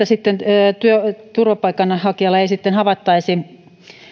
sitten turvapaikanhakijalla ei sitten havaittaisi